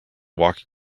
walking